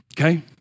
Okay